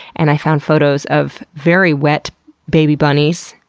and i found photos of very wet baby bunnies,